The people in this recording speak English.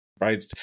right